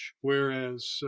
whereas